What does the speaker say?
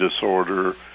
disorder